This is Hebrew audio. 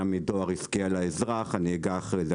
בפריפריה מדואר עסקי על האזרח אני אגע אחרי זה.